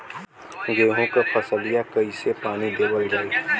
गेहूँक फसलिया कईसे पानी देवल जाई?